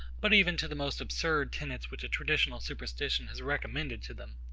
but even to the most absurd tenets which a traditional superstition has recommended to them.